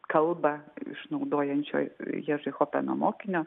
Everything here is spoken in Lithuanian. kalba išnaudojančioj ježi chopeno mokinio